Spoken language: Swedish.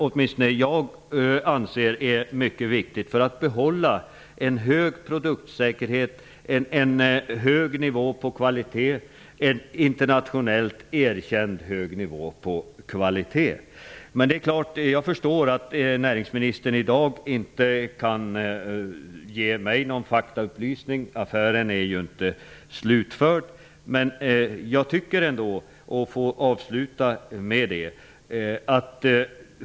Åtminstone jag anser att SEMKO är mycket betydelsefullt för att man skall kunna behålla en hög produktsäkerhet och en internationellt erkänd hög nivå på kvaliteten. Jag förstår att näringsministern i dag inte kan ge mig någon faktaupplysning. Affären är ju inte slutförd.